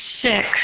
sick